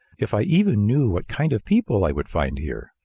if i even knew what kind of people i would find here!